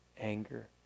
anger